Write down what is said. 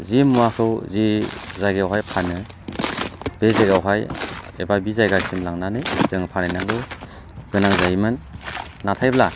जि मुवाखौ जि जायगायावहाय फानो बे जायगायावहाय एबा बि जायगासिम लांनानै जों फानहैनांगौ गोनां जायोमोन नाथायब्ला